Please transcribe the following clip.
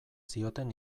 zioten